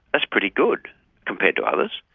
that's pretty good compared to others.